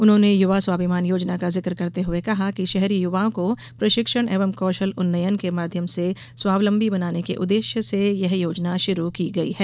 उन्होंने युवा स्वाभिमान योजना का जिक करते हुए कहा कि शहरी युवाओं को प्रशिक्षण एवं कौशल उन्नयन के माध्यम से स्वावलंबी बनाने के उद्देश्य से यह योजना शुरू की गई है